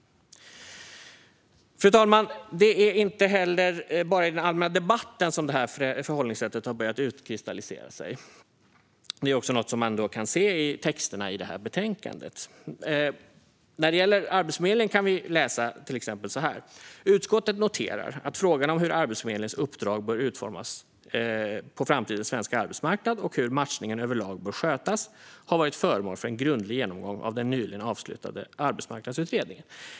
Fru talman! Det är inte heller bara i den allmänna debatten som det här förhållningssättet har börjat utkristallisera sig. Det är också något som man kan se i texterna i det här betänkandet. När det gäller Arbetsförmedlingen kan vi till exempel läsa detta: "Utskottet noterar att frågan om hur Arbetsförmedlingens uppdrag bör utformas på framtidens svenska arbetsmarknad och hur matchningen överlag bör skötas har varit föremål för en grundlig genomgång av den nyligen avslutade Arbetsmarknadsutredningen."